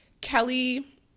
Kelly